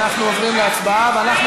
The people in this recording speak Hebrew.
אנחנו עוברים להצבעה ואנחנו,